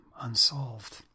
unsolved